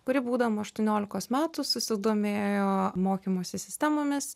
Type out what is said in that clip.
kuri būdama aštuoniolikos metų susidomėjo mokymosi sistemomis